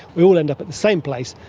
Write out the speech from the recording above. we all end up at the same place,